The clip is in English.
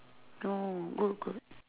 no good good